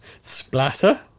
Splatter